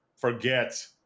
forget